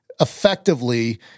effectively